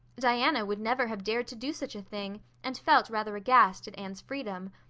diana would never have dared to do such a thing and felt rather aghast at anne's freedom.